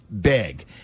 big